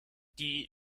die